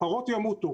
הפרות ימותו.